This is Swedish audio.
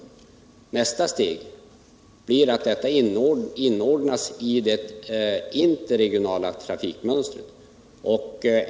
Nästa steg blir att detta inordnas i det interregionala trafikmönstret.